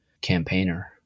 campaigner